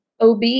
OB